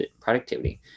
productivity